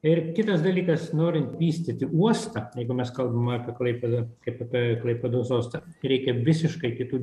ir kitas dalykas norint vystyti uostą jeigu mes kalbam apie klaipėdą kaip apie klaipėdos uostą reikia visiškai kitų